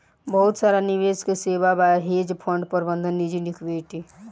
बहुत सारा निवेश के सेवा बा, हेज फंड प्रबंधन निजी इक्विटी